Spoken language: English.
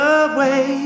away